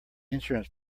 insurance